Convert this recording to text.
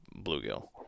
bluegill